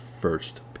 first